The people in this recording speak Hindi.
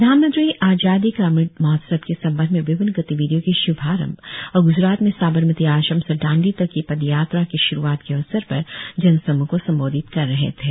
प्रधानमंत्री आजादी का अमृत महोत्सव के संबंध में विभिन्न गतिविधियों के श्भारंभ और ग्जरात में साबरमती आश्रम से दांडी तक की पदयात्रा के श्रूआत के अवसर पर जन समूह को संबोधित कर रहे थे